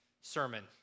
sermon